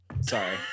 Sorry